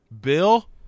Bill